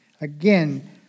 Again